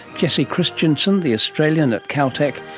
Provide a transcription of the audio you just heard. jessie christiansen the australian at caltech,